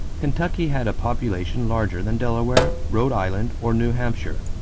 kentucky had a population larger than delaware, rhode island, or new hampshire.